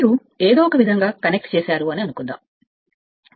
మీరు కనెక్ట్ చేసిన కొన్ని యంత్రాంగాన్ని అనుకోండి